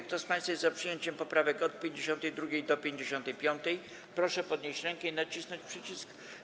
Kto z państwa jest za przyjęciem poprawek od 52. do 55., proszę podnieść rękę i nacisnąć przycisk.